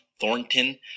Thornton